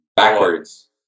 Backwards